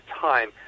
time